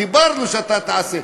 דיברנו שאתה תעשה,